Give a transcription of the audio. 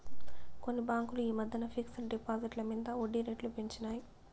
కొన్ని బాంకులు ఈ మద్దెన ఫిక్స్ డ్ డిపాజిట్ల మింద ఒడ్జీ రేట్లు పెంచినాయి